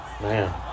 man